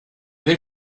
they